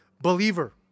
believer